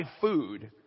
food